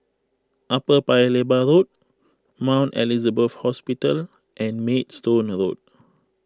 Upper Paya Lebar Road Mount Elizabeth Hospital and Maidstone Road